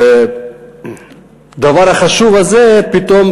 ובדבר החשוב הזה פתאום,